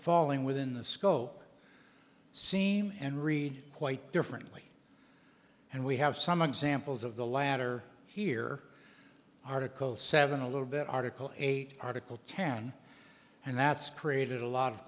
within the scope seam and read quite differently and we have some examples of the latter here article seven a little bit article eight article ten and that's created a lot of